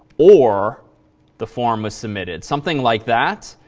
or the form is submitted, something like that,